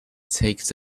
takes